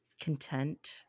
content